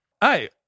Hey